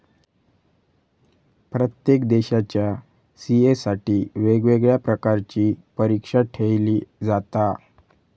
प्रत्येक देशाच्या सी.ए साठी वेगवेगळ्या प्रकारची परीक्षा ठेयली जाता